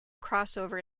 crossover